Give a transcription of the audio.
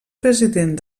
president